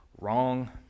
Wrong